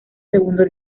segundo